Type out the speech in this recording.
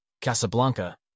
Casablanca